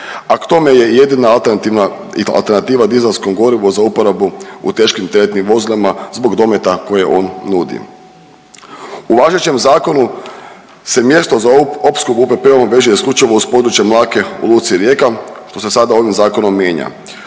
a k tome je i jedina alternativa dizelskom gorivu za uporabu u teškim teretnim vozilima zbog dometa koje on nudi. U važećem zakonu se mjesto za opskrbu UPP-om veže isključivo uz područje Mlake u Luci Rijeka što se sada ovim zakonom mijenja.